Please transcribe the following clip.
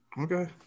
Okay